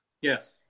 Yes